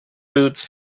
boots